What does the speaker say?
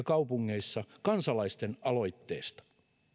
kaupungeissa kansalaisten aloitteesta